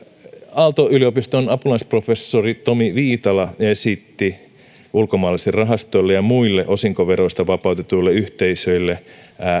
aalto yliopiston apulaisprofessori tomi viitala esitti ulkomaalaisille rahastoille ja muille osinkoveroista vapautetuille yhteisöille